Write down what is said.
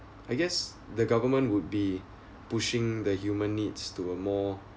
I guess the government would be pushing the human needs to a more